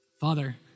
Father